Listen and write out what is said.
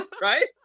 Right